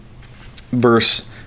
verse